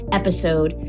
episode